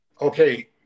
Okay